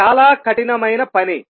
ఇది చాలా కఠినమైన పని